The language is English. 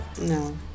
no